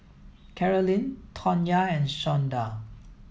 Karolyn Tawnya and Shawnda